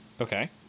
Okay